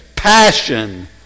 Passion